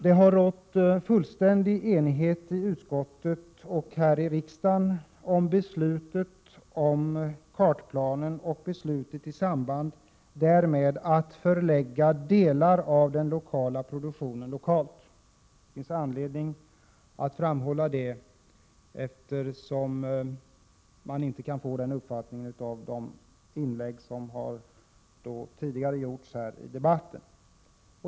Det har rått fullständig enighet i utskottet och här i riksdagen om beslutet om kartplanen och beslutet i samband därmed att förlägga delar av produktionen lokalt. Det finns anledning att framhålla detta, eftersom man inte har fått den uppfattningen av de inlägg som tidigare har gjorts i denna debatt.